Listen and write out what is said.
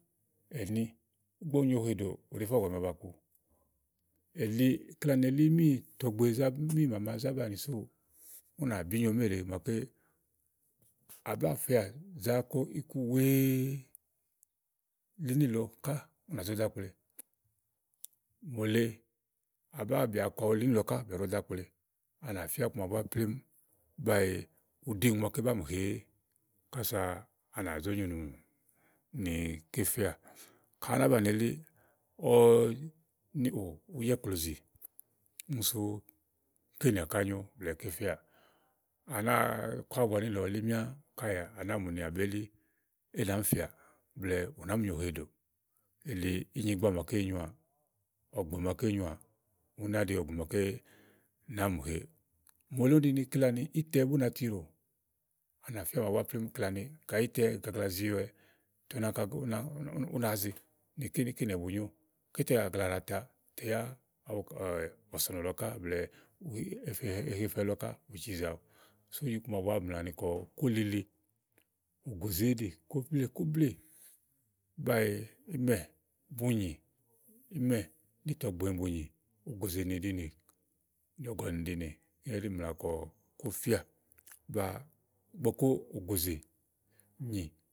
Ɛ̀ni ígbɔ úni nyo uhe ɖò, ù ɖèé te ɔ̀gɔ̀nì baba ku èli kela àni elí níì tɔ̀gbe zá banìi súsù ú nà bí nyo méèle màaké à bá fɛ̀ɛ à zà kɔ ikuwèe li níìlɔ ká, ú nà zó do ákple. À nà fía iku màaɖu búá plémú báee ù ɖi ùŋò màaké báa mì he éé kasa ànà zó nyo ù ni ké fɛà. Ka á ná banìi elíì ɔwɔ ni ò ùú jɔ ìklòzì úni sú èé nià ká nyó blɛ̀ɛ ké fɛà à nàáa kɔ ábua níìlɔ wulé míá káèé à nàáa mù ni àbélí é nàáá mìfɛà blɛ̀ɛ ù nàáá ni nyòo uhe ɖòò. èli ínyigbá naàké nyòoà, ɔ̀gbè màaké nyoà ú ná ɖi ùŋò màaké nàáa mì heè mòole úni ni ɖi ni keleàni ítɛ ú nàa tiɖò à nà fía màaɖu búá plémú keleàni kayi ítɛ gaàgla ziwɛ tè ú nàá áŋka, ú nàá ze ké nìwɛ bu nyò kàɖi ítɛ gaàgla ɖàa ta tè yá ɔ̀sɔ̀nɔ̀ lɔ ká blɛ̀ɛ uhe, ehefɛ lɔ ká u cizèe awu. Sá íku màaɖu búá mlàani kó lili ògòzè éɖì kobleè kobleè bá ee ímɛ̀ úni nyì ímɛ̀ níì tɔ̀gbe ni bu nyì ògòzè nìɖinè, ɔ̀gɔ̀nì nìɖinè ɛɖí mlàa ni kófíà ígbɔ ígbɔké ò gòzè nyì.